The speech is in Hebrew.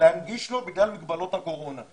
להנגיש לו בגלל מגבלות הקורונה.